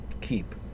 keep